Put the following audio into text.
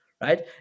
Right